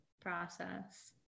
process